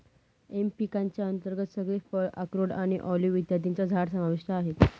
M पिकांच्या अंतर्गत सगळे फळ, अक्रोड आणि ऑलिव्ह इत्यादींची झाडं समाविष्ट आहेत